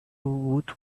woot